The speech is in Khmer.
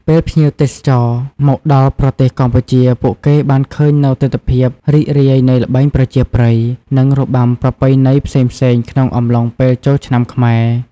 ពេលភ្ញៀវទេសចរណ៌ មនដល់ប្រទេសកម្ពុជា ពួកគេបានឃើញនូវទិដ្ឋភាពរីករាយនៃល្បែងប្រជាប្រិយ និងរបាំប្រពៃណីផ្សេងៗក្នុងអំឡុងពេលចូលឆ្នាំខ្មែរ។